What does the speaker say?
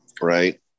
right